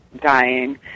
dying